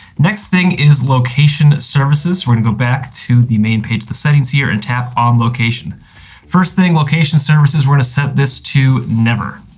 next thing is location services. we're gonna go back to the main page the settings here and tap on location first thing, location services. we're going to set this to never.